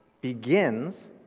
begins